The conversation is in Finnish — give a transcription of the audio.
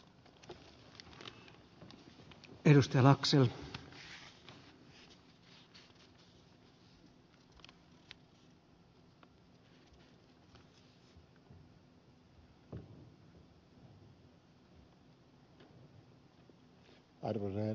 arvoisa herra puhemies